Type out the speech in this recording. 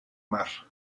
mar